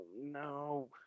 No